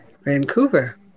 Vancouver